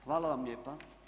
Hvala vam lijepa.